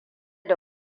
da